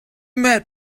met